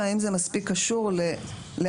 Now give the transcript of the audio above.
והאם זה מספיק קשור לאלימות.